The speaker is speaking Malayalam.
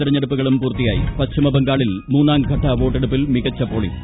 തെരഞ്ഞെടുപ്പുകളും പൂർത്തിയായി പശ്ചിമ ബംഗാളിൽ മൂന്നാംഘട്ട വോട്ടെടുപ്പിൽ മികച്ച പോളിംഗ്